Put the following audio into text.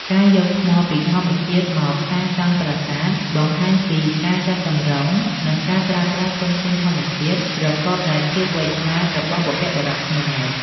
ការយកថ្មពីធម្មជាតិមកសាងសង់ប្រាសាទ បង្ហាញពី ការចុះសម្រុង និងការប្រើប្រាស់ធនធានធម្មជាតិ ប្រកបដោយភាពវៃឆ្លាតរបស់បុព្វបុរសខ្មែរ។